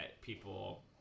people